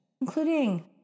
including